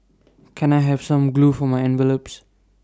can I have some glue for my envelopes